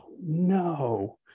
no